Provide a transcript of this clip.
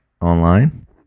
online